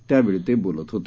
त्यावेळी ते बोलत होते